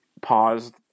paused